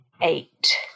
eight